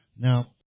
Now